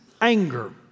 anger